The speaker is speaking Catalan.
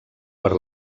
per